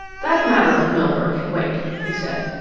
that matter of milburgh can wait, he said.